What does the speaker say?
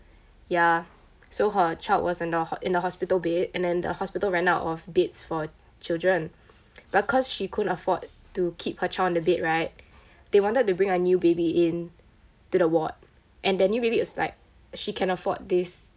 ya so her child was in the ho~ in a hospital bed and then the hospital ran out of beds for children but cause she couldn't afford to keep her child on the bed right they wanted to bring a new baby in to the ward and the new baby is like she can afford this